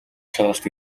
шалгалт